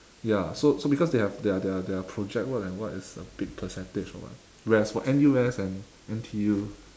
ya so so because they have their their their project work and what is a big percentage or what whereas for N_U_S and N_T_U